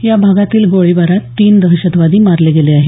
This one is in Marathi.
या भागातील गोळीबारात तीन दहशतवादी मारले गेले आहेत